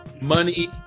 money